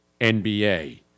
NBA